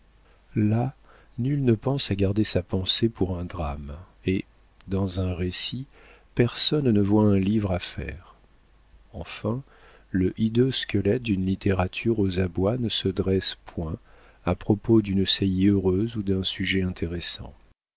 là nul ne pense à garder sa pensée pour un drame et dans un récit personne ne voit un livre à faire enfin le hideux squelette d'une littérature aux abois ne se dresse point à propos d'une saillie heureuse ou d'un sujet intéressant